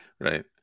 Right